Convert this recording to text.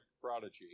prodigy